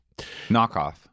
Knockoff